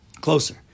closer